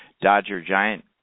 Dodger-Giant